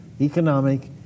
economic